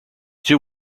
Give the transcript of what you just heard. two